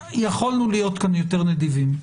יכולנו להיות כאן יותר נדיבים.